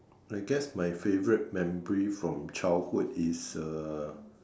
I guess my favourite memory from childhood is uh